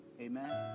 Amen